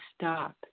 stop